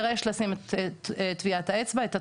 הוא יידרש לשים את טביעת האצבע, את התמונה,